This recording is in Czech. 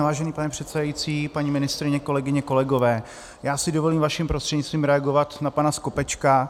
Vážený pane předsedající, paní ministryně, kolegyně, kolegové, já si dovolím vaším prostřednictvím reagovat na pana Skopečka.